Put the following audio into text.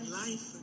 life